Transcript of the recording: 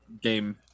game